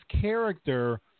character